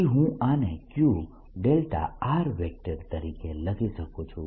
પછી હું આને Q તરીકે લખી શકું છું